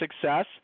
success